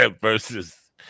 versus